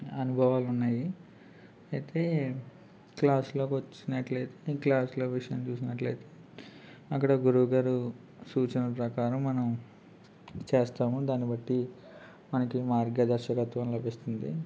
అనుభవాలు ఉన్నాయి అయితే క్లాసులోకి వచ్చినట్లయితే క్లాసులో విషయం చూసినట్లు అయితే అక్కడ గురువుగారు సూచన ప్రకారం మనం చేస్తాము దాన్నిబట్టి మనకి మార్గదర్శకత్వం లభిస్తుంది